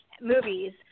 movies